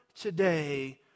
today